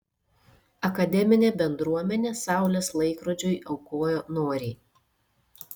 akademinė bendruomenė saulės laikrodžiui aukojo noriai